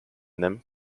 them